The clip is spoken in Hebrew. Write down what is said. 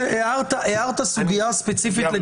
הערת סוגיה ספציפית.